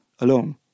alone